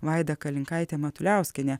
vaida kalinkaitė matuliauskienė